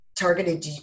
targeted